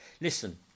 listen